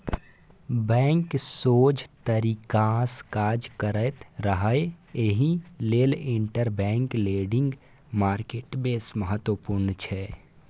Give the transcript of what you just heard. bank सोझ तरीकासँ काज करैत रहय एहि लेल इंटरबैंक लेंडिंग मार्केट बेस महत्वपूर्ण छै